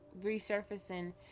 resurfacing